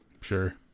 Sure